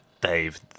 Dave